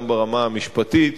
גם ברמה המשפטית,